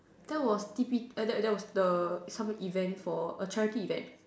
that was T_P eh that that was the coming event for a charity event